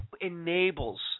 enables